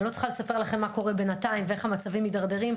אני לא צריכה לספר לכם מה קורה בינתיים ואיך המצבים מידרדרים,